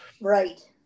right